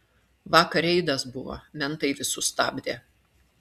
vakar reidas buvo mentai visus stabdė